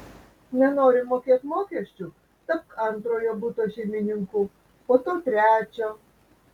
nenori mokėt mokesčių tapk antrojo buto šeimininku po to trečio